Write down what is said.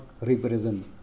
represent